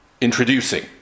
introducing